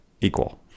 equal